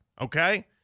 Okay